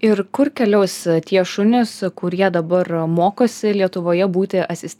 ir kur keliaus tie šunys kurie dabar mokosi lietuvoje būti asistentais